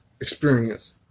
experience